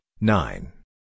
nine